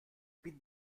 bin